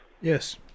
Yes